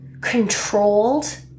controlled